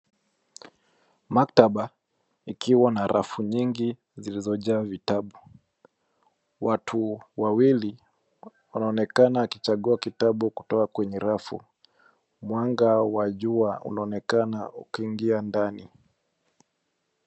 Maktaba ikiwa na rafu nyingi zilizojaa vitabu. Watu wawili wanaonekana wakichagua kitabu kutoka kwenye rafu. Mwanga wa jua unaonekana ukiingia ndani.